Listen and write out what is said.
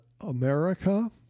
America